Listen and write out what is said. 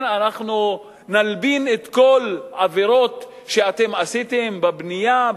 אנחנו נלבין את כל העבירות שעשיתם בבנייה,